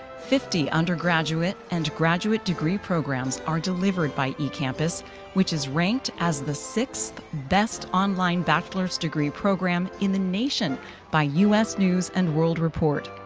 fifty undergraduate and graduate degree programs are delivered by ecampus which is ranked as the sixth best online bachelor's degree program in the nation by u s. news and world report.